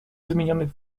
wymienionych